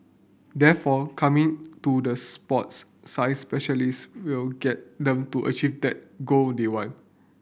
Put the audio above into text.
therefore coming to the sports science specialists will get them to achieve that goal they want